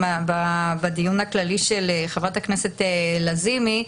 בדיון הכללי של חברת הכנסת לזימי,